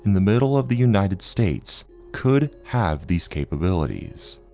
and the middle of the united states could have these capabilities.